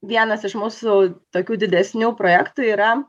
vienas iš mūsų tokių didesnių projektų yra